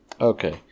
Okay